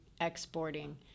exporting